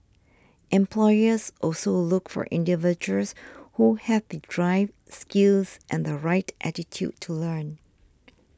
employers also look for individuals who have the drive skills and the right attitude to learn